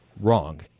wrong